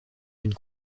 d’une